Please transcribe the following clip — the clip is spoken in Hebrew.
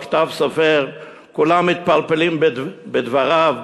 ה"כתב סופר" כולם מתפלפלים בדבריו,